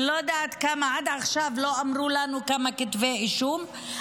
אני לא יודעת עד עכשיו כמה כתבי אישום,